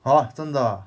!huh! 真的 ah